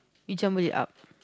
you jumble it up